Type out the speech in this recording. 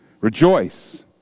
Rejoice